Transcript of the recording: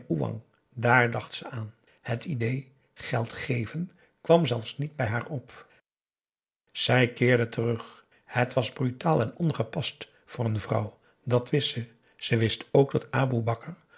daar dacht ze aan het idée geld geven kwam zelfs niet bij haar op zij keerde terug het was brutaal en ongepast voor een vrouw dàt wist ze ze wist ook dat aboe